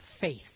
faith